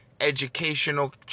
educational